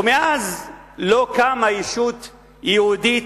ומאז לא קמה ישות יהודית,